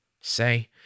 say